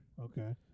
Okay